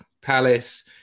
Palace